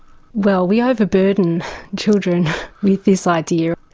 well, we over-burden children with this idea.